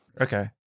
okay